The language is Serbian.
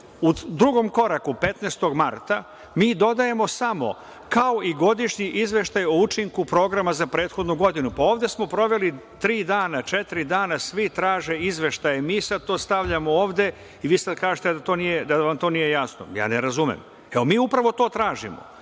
u drugom koraku 15. marta mi dodajemo samo - kao i godišnji izveštaj o učinku programa za prethodnu godinu. Pa, ovde smo proveli tri dana, četiri dana, svi traže izveštaj. Mi sada to stavljamo ovde i vi sada kažete da vam to nije jasno. Ja ne razumem. Mi upravo to tražimo. Druga